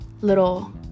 little